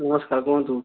ନମସ୍କାର କୁହନ୍ତୁ